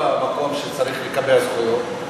הבעיה היא לא במקום שצריך לקבע זכויות,